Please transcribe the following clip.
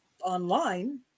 online